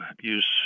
use